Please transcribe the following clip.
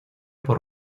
por